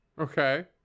Okay